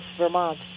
Vermont